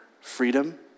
freedom